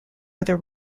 other